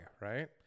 Right